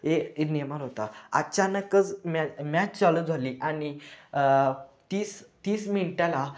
हे नेमार होता अचानकच मॅ मॅच चालू झाली आणि तीस तीस मिनटाला